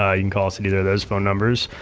ah you can call us at either of those phone numbers.